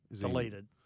deleted